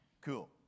cool